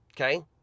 Okay